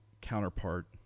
counterpart